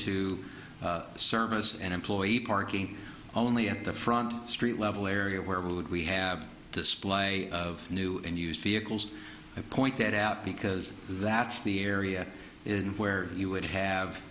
to service and employee parking only at the front street level area where we would we have display of new and used vehicles and point that out because that's the area is where you would have